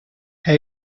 hij